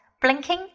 blinking